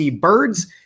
birds